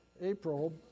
April